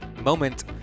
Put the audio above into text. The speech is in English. moment